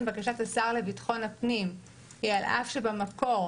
בקשת השר לביטחון הפנים היא על אף שבמקור,